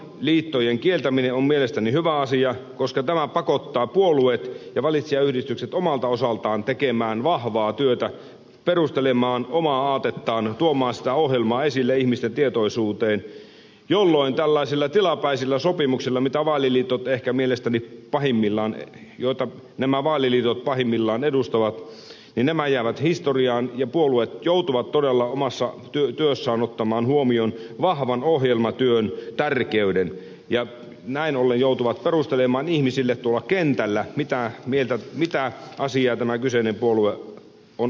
vaaliliittojen kieltäminen on mielestäni hyvä asia koska tämä pakottaa puolueet ja valitsijayhdistykset omalta osaltaan tekemään vahvaa työtä perustelemaan omaa aatettaan tuomaan sitä ohjelmaa esille ihmisten tietoisuuteen jolloin tällaisille tilapäisillä sopimuksilla mitä vaaliliitot tällaiset tilapäiset sopimukset joita nämä vaaliliitot pahimmillaan edustavat jäävät historiaan ja puolueet joutuvat todella omassa työssään ottamaan huomioon vahvan ohjelmatyön tärkeyden ja näin ollen joutuvat perustelemaan ihmisille tuolla kentällä mitä asiaa kyseinen puolue on ajamassa